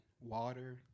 water